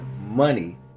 money